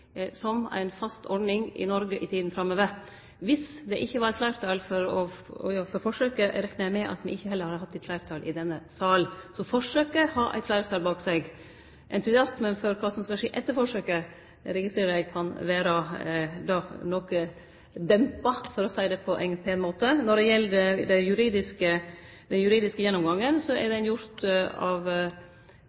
som ei fast ordning i Noreg i tida framover. Dersom det ikkje var eit fleirtal for forsøket, reknar eg med at me heller ikkje hadde hatt eit fleirtal i denne salen. Så forsøket har eit fleirtal bak seg. Entusiasmen for kva som skal skje etter forsøket, registrerer eg at kan vere noko dempa, for å seie det på ein pen måte. Når det gjeld den juridiske gjennomgangen, er han gjort av